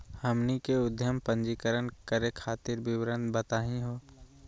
हमनी के उद्यम पंजीकरण करे खातीर विवरण बताही हो?